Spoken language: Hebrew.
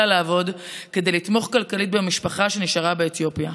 לעבוד כדי לתמוך כלכלית במשפחה שנשארה באתיופיה.